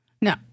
no